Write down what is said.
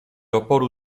oporu